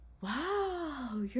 wow